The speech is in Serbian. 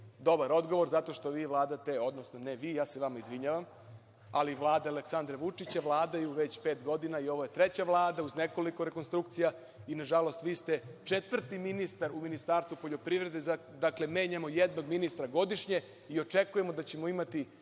dobar odgovor, zato što vi vladate, odnosno ne vi, ja se vama izvinjavam, ali vlade Aleksandra Vučića vladaju već pet godina i ovo je treća Vlada uz nekoliko rekonstrukcija. Nažalost vi ste četvrti ministar u Ministarstvu poljoprivrede, dakle, menjamo jednog ministra godišnje i očekujemo da ćemo imati